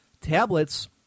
Tablets